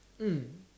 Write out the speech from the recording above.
mm